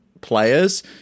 players